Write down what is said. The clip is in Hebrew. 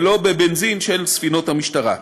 ולא בבנזין של ספינות המשטרה.